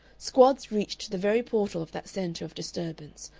squads reached to the very portal of that centre of disturbance.